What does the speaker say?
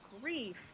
grief